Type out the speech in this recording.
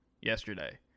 yesterday